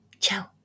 Ciao